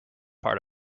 part